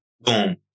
boom